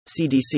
CDC